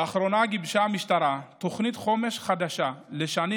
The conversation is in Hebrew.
לאחרונה גיבשה המשטרה תכנית חומש חדשה לשנים